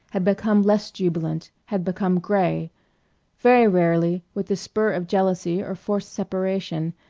had become less jubilant, had become, gray very rarely, with the spur of jealousy or forced separation,